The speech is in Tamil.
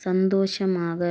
சந்தோஷமாக